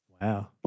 Wow